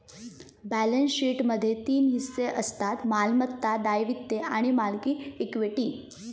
balance शीटमध्ये तीन हिस्से असतत मालमत्ता, दायित्वे आणि मालकी इक्विटी